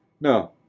No